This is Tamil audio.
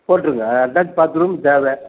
போட்டுருங்க அட்டாச் பாத்ரூம் தேவை